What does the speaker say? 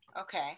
Okay